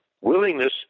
Willingness